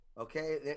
Okay